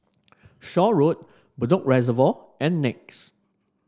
Shaw Road Bedok Reservoir and Nex